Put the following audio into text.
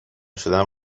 شدم